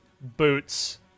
Boots